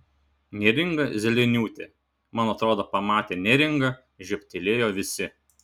neringa zeleniūtė man atrodo pamatę neringą žiobtelėjo visi